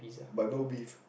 but no beef